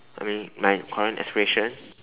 I mean my current aspiration